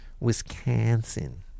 Wisconsin